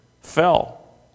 fell